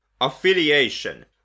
affiliation